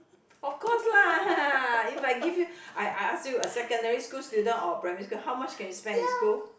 of course lah if I give you I I I ask you a secondary school student or primary school how much can you spend in school